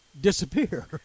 disappear